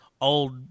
old